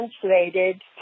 translated